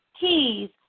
Keys